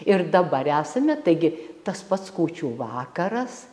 ir dabar esame taigi tas pats kūčių vakaras